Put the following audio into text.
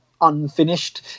unfinished